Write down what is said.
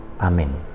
Amen